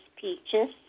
peaches